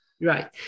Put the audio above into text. Right